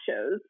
shows